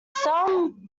some